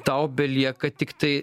tau belieka tiktai